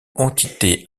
entité